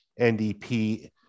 NDP